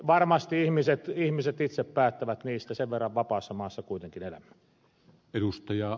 varmasti ihmiset itse päättävät niistä sen verran vapaassa maassa kuitenkin elämme